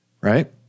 right